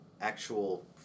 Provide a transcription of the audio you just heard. actual